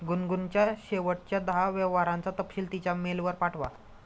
गुनगुनच्या शेवटच्या दहा व्यवहारांचा तपशील तिच्या मेलवर पाठवा